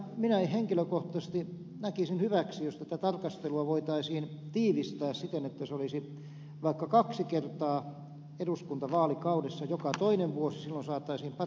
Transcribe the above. minä henkilökohtaisesti näkisin hyväksi jos tätä tarkastelua voitaisiin tiivistää siten että se olisi vaikka kaksi kertaa eduskuntavaalikaudessa joka toinen vuosi silloin saataisiin parempi kuva kehityksestä